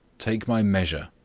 take my measure!